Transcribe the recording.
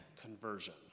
conversion